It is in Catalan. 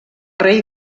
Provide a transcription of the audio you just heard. rei